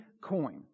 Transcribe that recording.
coin